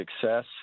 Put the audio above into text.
success